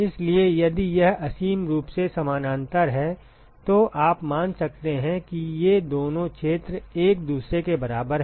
इसलिए यदि यह असीम रूप से समानांतर है तो आप मान सकते हैं कि ये दोनों क्षेत्र एक दूसरे के बराबर हैं